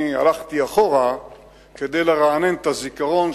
אבל אני הלכתי אחורה כדי לרענן את הזיכרון,